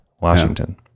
washington